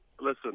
listen